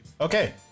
Okay